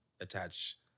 attach